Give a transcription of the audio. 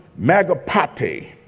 magapate